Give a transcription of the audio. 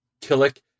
Killick